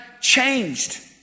changed